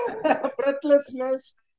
breathlessness